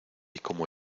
como